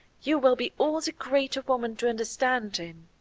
you will be all the greater woman to understand him.